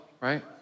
right